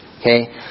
Okay